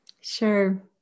Sure